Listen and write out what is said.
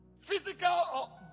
Physical